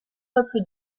peuple